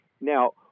Now